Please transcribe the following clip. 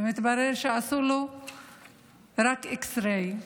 ומתברר שעשו לו רק x-ray,